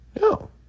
no